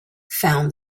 found